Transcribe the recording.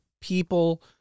people